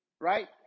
right